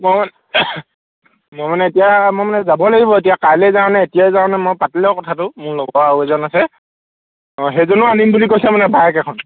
মই মই মানে এতিয়া মই মানে যাব লাগিব এতিয়া কাইলৈ যাওঁ নে এতিয়াই যাওঁ নে মই পাতি লওঁ কথাটো মোৰ লগৰ আৰু এজন আছে অঁ সেইজনেও আনিম বুলি কৈছে মানে বাইক এখন